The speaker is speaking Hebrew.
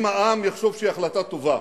אם העם יחשוב שהיא החלטה טובה